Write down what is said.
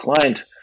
client